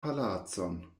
palacon